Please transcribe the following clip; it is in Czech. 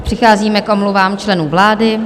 Přicházíme k omluvám členů vlády.